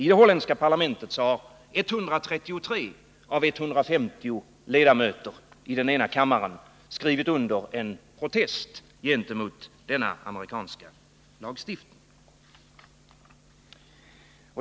I dess ena kammare har 133 av 150 ledamöter skrivit under en protest mot den amerikanska lagbestämmelse som det gäller.